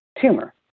tumor